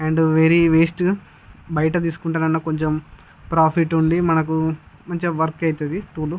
and very waste బయట తీసుకుంటేనన్న కొంచెం ప్రాఫిట్ ఉండి మనకు మంచిగా వర్తీ అవుతుంది టూల్